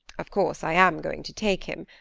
of course i am going to take him.